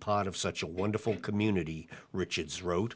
part of such a wonderful community richards wrote